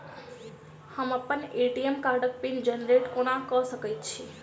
हम अप्पन ए.टी.एम कार्डक पिन जेनरेट कोना कऽ सकैत छी?